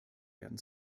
werden